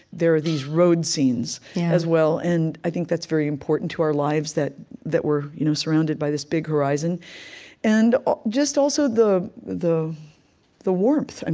there are these road scenes, as well. and i think that's very important to our lives, that that we're you know surrounded by this big horizon and just, also, the the warmth. and